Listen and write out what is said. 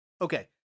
Okay